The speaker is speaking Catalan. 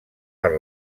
per